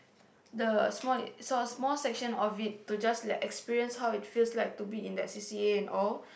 the small small section of it to just let me experience how it feels like to be in the c_c_a and all